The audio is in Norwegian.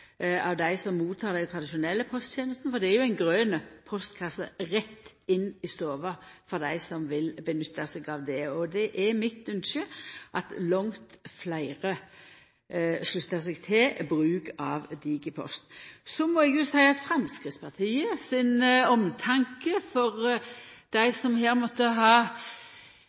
av dei som tek imot dei tradisjonelle posttenestene, for dei som vil nytta seg av det, får ein grøn postkasse rett inn i stova. Det er mitt ynskje at langt fleire sluttar seg til bruken av Digipost. Når det gjeld Framstegspartiet sin omtanke for dei som på ein eller annan måte måtte ha